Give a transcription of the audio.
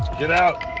get out.